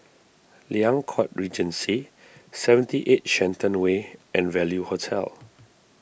Liang Court Regency seventy eight Shenton Way and Value Hotel